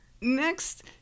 Next